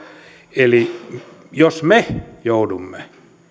eli jos me joudumme